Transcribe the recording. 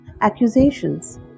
accusations